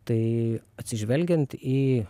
tai atsižvelgiant į